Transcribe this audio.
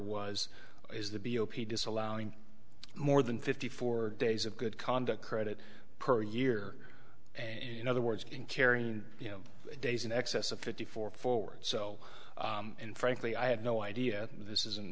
was is the b o p disallowing more than fifty four days of good conduct credit per year and other words in carrying you know days in excess of fifty four forward so and frankly i had no idea this isn't